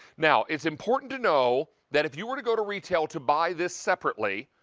now, it's important to know that if you were to go to retail to buy this separately,